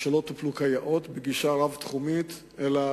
לא טופלו כיאות, בגישה רב-תחומית, אלא